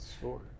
Sure